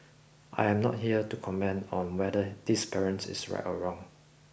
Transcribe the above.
I am not here to comment on whether this parent is right or wrong